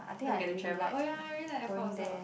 cause you get to travel oh ya I really like airport also